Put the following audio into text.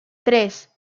tres